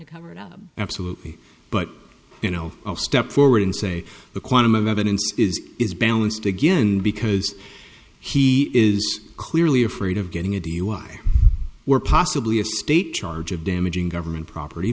to cover it up absolutely but you know i'll step forward and say the quantum of evidence is balanced again because he is clearly afraid of getting a dui or possibly a state charge of damaging government property